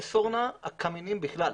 על קמינים בכלל.